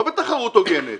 לא בתחרות הוגנת,